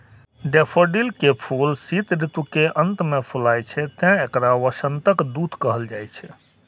daffodil के फूल शीत ऋतु के अंत मे फुलाय छै, तें एकरा वसंतक दूत कहल जाइ छै